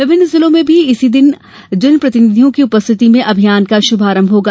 विभिन्न जिलों में भी इसी दिन जन प्रतिनिधियों की उपस्थिति में अभियान का शुभारंभ होगा